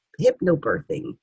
hypnobirthing